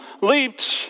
leaped